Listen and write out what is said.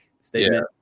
statement